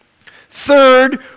Third